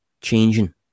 changing